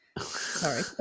Sorry